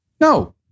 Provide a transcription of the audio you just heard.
No